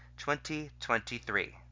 2023